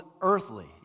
earthly